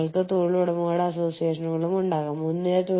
നിങ്ങൾ പറയും ശരി ഞാൻ എവിടെയെങ്കിലും ഒരു ഫാക്ടറി തുറക്കും